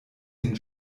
den